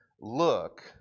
look